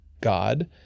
god